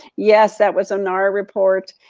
yes, that was a nar report